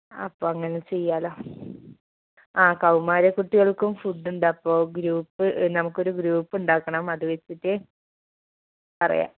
അപ്പോൾ അങ്ങനെ ചെയ്യാമല്ലോ ആ കൗമാര കുട്ടികൾക്കും ഫുഡുണ്ട് അപ്പോൾ ഗ്രൂപ്പ് നമുക്ക് ഒരു ഗ്രൂപ്പുണ്ടാക്കണം അത് വെച്ചിട്ട് പറയാം